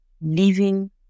living